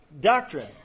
doctrine